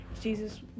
Jesus